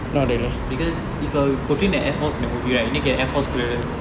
because if you are putting the air force in the movie right need to get air force clearance